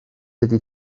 ydy